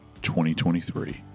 2023